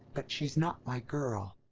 but she's not my girl.